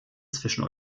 zwischen